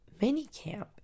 minicamp